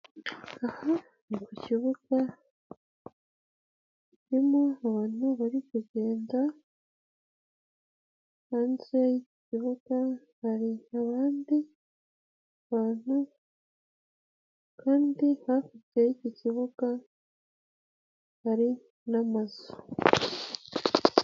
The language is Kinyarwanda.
Aha ni ku kibuga harimo abantu bari kugenda, hanze kukibuga hari abandi bantu, kandi hakurya y'iki kibuga hari n'amazu.